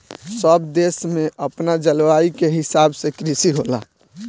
सब देश में अपना जलवायु के हिसाब से कृषि होला